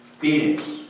Beatings